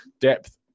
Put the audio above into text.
depth